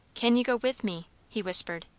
can you go with me? he whispered,